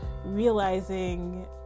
realizing